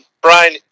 Brian